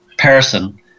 person